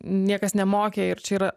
niekas nemokė ir čia yra